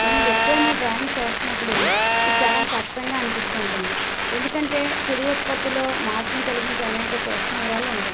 నేను వ్యక్తులను డ్రాయింగ్ చేస్తున్నప్పుడు ఇది చాలా కష్టంగా అనిపిస్తూ ఉంటుంది ఎందుకంటే తుది ఉత్పత్తిలో మార్పుని కలిగించే అనేక సూక్ష్మ వివరాలు ఉంటాయి